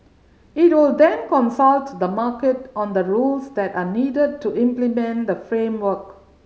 it will then consult the market on the rules that are needed to implement the framework